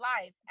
life